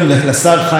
שעושה,